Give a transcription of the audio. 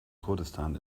kurdistan